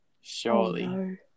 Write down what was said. Surely